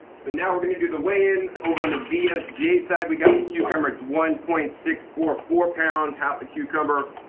so now we're gonna do the weigh in. over on the vsj side, we got the cucumber, its one point six four four pounds, half the cucumber.